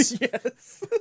Yes